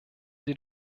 sie